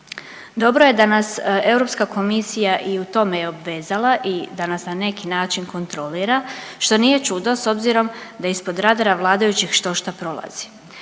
Dobro je da nas Europska komisija i u tome obvezala i da nas na neki način kontrolira što nije čudo s obzirom da ispod rada vladajućih štošta prolazi.